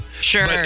Sure